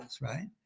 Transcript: right